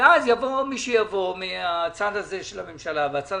ואז יבוא מי שיבוא מן הצד הזה של הממשלה ומן הצד